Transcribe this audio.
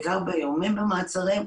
בעיקר באיומים במעצרים,